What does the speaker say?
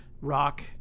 rock